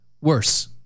worse